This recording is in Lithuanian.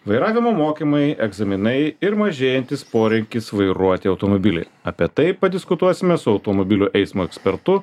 vairavimo mokymai egzaminai ir mažėjantis poreikis vairuoti automobilį apie tai padiskutuosime su automobilių eismo ekspertu